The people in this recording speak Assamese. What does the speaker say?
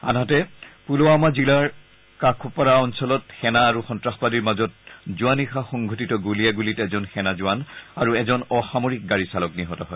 আনহাতে পুলৱামা জিলাৰ কাক'পৰা অঞ্চলত সেনা আৰু সন্তাসবাদীৰ মাজত যোৱা নিশা সংঘটিত গুলিয়াগুলীত এজন সেনা জোৱান আৰু এজন অসামৰিক গাড়ী চালক নিহত হয়